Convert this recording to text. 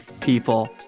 people